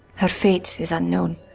her fate is unknown.